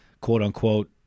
quote-unquote